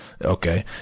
Okay